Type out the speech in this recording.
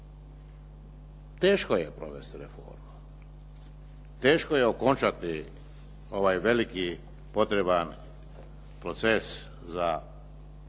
Teško je provesti reformu. Teško je okončati ovaj veliki potreban proces za uvođenje